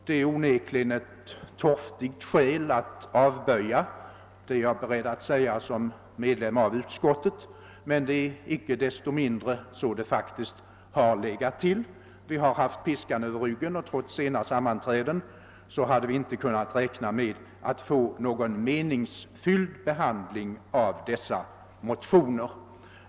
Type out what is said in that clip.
Det är onekligen ett svagt skäl för avböjande, vilket jag är beredd att medge som medlem av utskottet, men icke desto mindre har det faktiskt förhållit sig på detta sätt. Vi har haft piskan över ryggen, och trots sena sammanträden har vi inte kunnat räkna med att få någon meningsfylld behandling av dessa motioner.